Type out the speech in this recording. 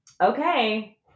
Okay